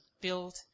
build